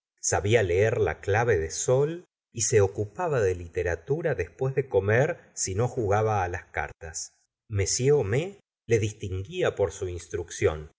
sabia leer la clave de sol y se ocupaba de literatura después de comer si no jugaba á las cartas m homais le distinguía por su instrucción